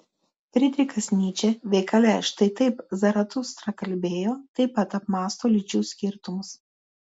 frydrichas nyčė veikale štai taip zaratustra kalbėjo taip pat apmąsto lyčių skirtumus